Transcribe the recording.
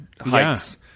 hikes